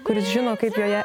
kuris žino kaip joje